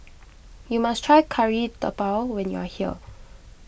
you must try Kari Debal when you are here